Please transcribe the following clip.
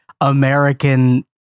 American